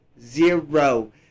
zero